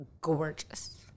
Gorgeous